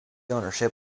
ownership